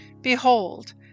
Behold